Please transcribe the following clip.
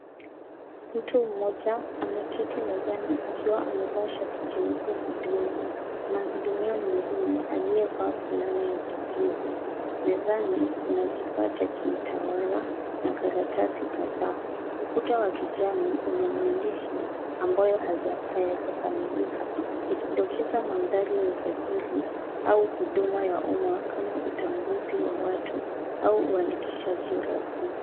Mtu mmoja ameketi mezani akiwa amevaa shati jeupe na glovu. Anamhudumia mwingine aliyevaa fulana ya kijivu. Mezani kuna kifaa ya kiutawala na karatasi kadhaa. Ukuta wa kijani una maandishi ambayo hayajakamilika, ikidokeza mandhari ya usajili au huduma ya umma kama utambuzi wa watu au uandikishaji rasmi.